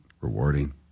rewarding